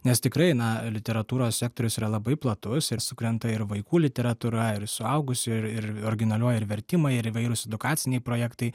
nes tikrai na literatūros sektorius yra labai platus ir sukrenta ir vaikų literatūra ir suaugusių ir originalioji ir vertimai ir įvairūs edukaciniai projektai